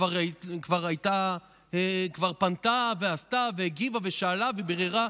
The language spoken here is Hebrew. כבר פנתה ועשתה והגיבה ושאלה וביררה.